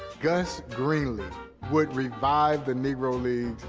gus greenlee would revive the negro leagues.